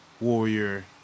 warrior